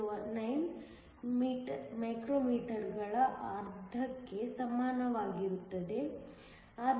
09 ಮೈಕ್ರೋಮೀಟರ್ಗಳ ಅರ್ಧಕ್ಕೆ ಸಮಾನವಾಗಿರುತ್ತದೆ